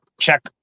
check